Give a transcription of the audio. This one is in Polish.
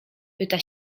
pyta